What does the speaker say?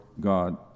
God